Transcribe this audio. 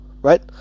right